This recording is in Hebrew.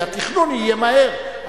כי התכנון יהיה מהר,